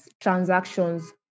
transactions